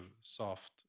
soft